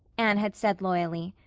anne had said loyally.